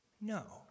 No